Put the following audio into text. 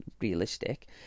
realistic